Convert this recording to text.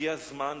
והגיע הזמן,